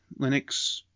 Linux